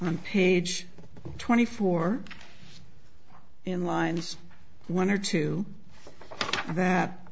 on page twenty four in lines one or two that